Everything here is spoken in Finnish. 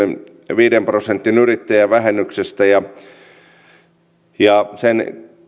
viiden prosentin yrittäjävähennyksestä tärkeänä sen